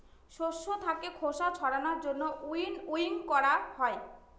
শস্য থাকে খোসা ছাড়ানোর জন্য উইনউইং করা হয়